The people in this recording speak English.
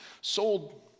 Sold